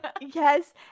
Yes